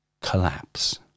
collapse